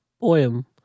poem